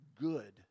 good